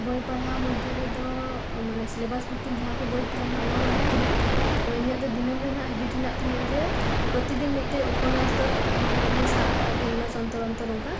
ᱵᱚᱭ ᱯᱟᱲᱦᱟᱣ ᱢᱚᱫᱷᱮ ᱨᱮᱫᱚ ᱢᱟᱱᱮ ᱥᱮᱞᱮᱵᱟᱥ ᱵᱷᱤᱛᱤᱠ ᱡᱟᱦᱟᱸ ᱠᱚ ᱵᱚᱭ ᱛᱟᱸᱦᱮᱱᱟ ᱚᱱᱟ ᱢᱟ ᱦᱮᱸᱜᱮ ᱛᱳ ᱤᱧᱟᱹᱜ ᱫᱤᱱᱚᱢ ᱨᱮᱱᱟᱜ ᱦᱤᱵᱤᱴ ᱦᱮᱱᱟᱜ ᱛᱤᱧᱟᱹ ᱡᱮ ᱯᱨᱚᱛᱤ ᱫᱤᱱ ᱢᱤᱫᱴᱮᱡ ᱩᱯᱚᱱᱟᱥ ᱫᱚ ᱢᱟᱱᱮ ᱡᱟᱦᱟᱸᱧ ᱥᱟᱵ ᱠᱟᱜᱼᱟ ᱛᱤᱱ ᱢᱟᱥ ᱚᱱᱛᱚᱨ ᱚᱱᱛᱚᱨ ᱚᱱᱠᱟ